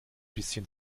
bisschen